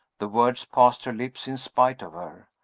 the words passed her lips in spite of her.